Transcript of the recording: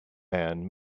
man